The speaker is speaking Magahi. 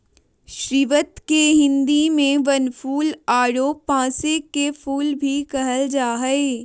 स्रीवत के हिंदी में बनफूल आरो पांसे के फुल भी कहल जा हइ